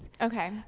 Okay